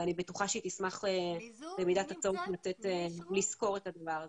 ואני בטוחה שהיא תשמח במידת הצורך לסקור את הדבר הזה.